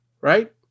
right